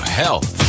health